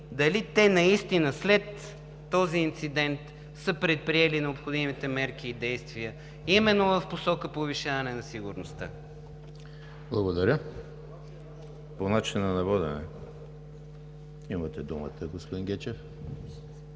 дали те наистина след този инцидент са предприели необходимите мерки и действия именно в посока повишаване на сигурността. ПРЕДСЕДАТЕЛ ЕМИЛ ХРИСТОВ: Благодаря. По начина на водене – имате думата, господин Гечев.